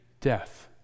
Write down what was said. death